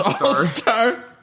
All-Star